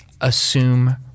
Assume